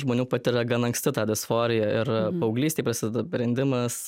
žmonių patiria gana anksti tą disforiją ir paauglystėj prasideda brendimas